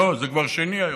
לא זה כבר 2 היום,